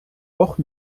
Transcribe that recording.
noch